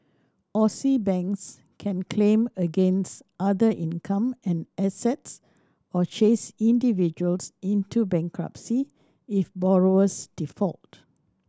Aussie banks can claim against other income and assets or chase individuals into bankruptcy if borrowers default